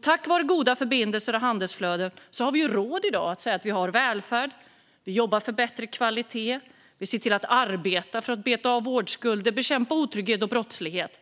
Tack vare goda förbindelser och handelsflöden har vi i dag råd med välfärd. Vi jobbar för bättre kvalitet, och vi ser till att arbeta för att beta av vårdskulder och bekämpa otrygghet och brottslighet.